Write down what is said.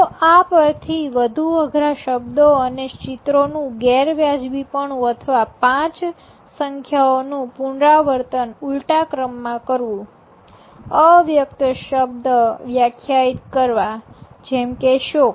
તો આ પરથી વધુ અઘરા શબ્દો અને ચિત્રો નું ગેરવાજબીપણું અથવા પાંચ સંખ્યાઓ નું પુનરાવર્તન ઉલટા ક્રમમાં કરવું અવ્યક્ત શબ્દ વ્યાખ્યાયિત કરવા જેમકે શોક